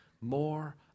more